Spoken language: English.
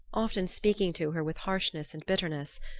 often speaking to her with harshness and bitterness.